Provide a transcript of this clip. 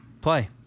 play